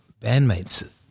bandmates